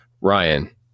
Ryan